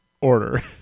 order